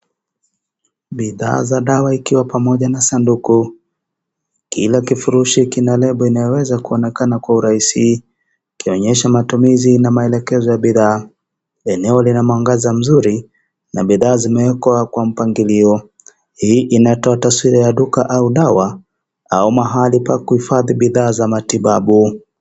Bidhaa za dawa ikiwa pamoja na sanduku. Kila kifurusi kia label inayoweza kuonekana kwa urahisi, kionyesha matumizi na maelezo ya bidhaa. Eneo lina mwangaza mzuri na bidhaa zimewekwa kwa mpangilio. Hii inatoa taswira ya duka au dawa au mahali pa kuhifadhi bidhaa za matibabu.